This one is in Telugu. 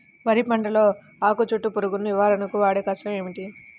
వరి పంటలో ఆకు చుట్టూ పురుగును నివారణకు వాడే కషాయం ఏమిటి?